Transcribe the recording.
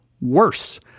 Worse